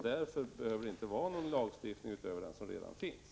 Därför behövs det inte någon lagstiftning utöver den som redan finns.